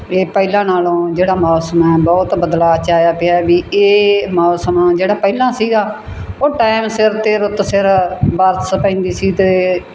ਇਹ ਪਹਿਲਾਂ ਨਾਲੋਂ ਜਿਹੜਾ ਮੌਸਮ ਹੈ ਬਹੁਤ ਬਦਲਾਅ 'ਚ ਆਇਆ ਪਿਆ ਵੀ ਇਹ ਮੌਸਮ ਜਿਹੜਾ ਪਹਿਲਾਂ ਸੀਗਾ ਉਹ ਟਾਈਮ ਸਿਰ 'ਤੇ ਰੁੱਤ ਸਿਰ ਬਾਰਿਸ਼ ਪੈਂਦੀ ਸੀ ਅਤੇ